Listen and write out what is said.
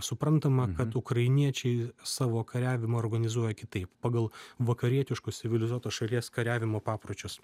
suprantama kad ukrainiečiai savo kariavimą organizuoja kitaip pagal vakarietiškus civilizuotos šalies kariavimo papročius